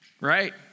right